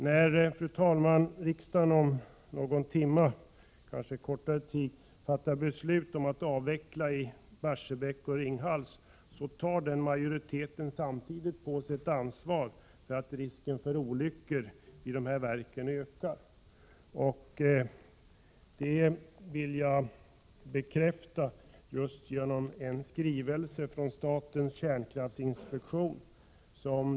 När, fru talman, riksdagen om kanske en timme eller tidigare fattar beslut om att avveckla i Barsebäck och Ringhals tar majoriteten samtidigt på sig ett ansvar för att risken för olyckor vid dessa verk ökar. Detta bekräftas i en skrivelse från statens kärnkraftinspektion.